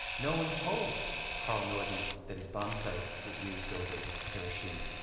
no one told carl norden that his bombsight was used over hiroshima.